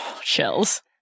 Chills